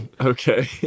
Okay